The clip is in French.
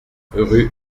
rue